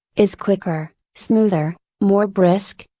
is quicker, smoother, more brisk,